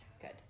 Good